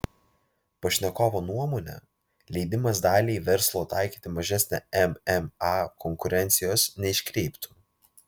pašnekovo nuomone leidimas daliai verslo taikyti mažesnę mma konkurencijos neiškreiptų